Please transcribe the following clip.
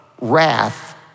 wrath